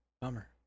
Bummer